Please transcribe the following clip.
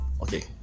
okay